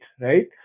right